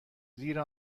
زیر